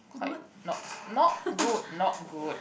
quite not not good not good